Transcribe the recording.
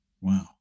Wow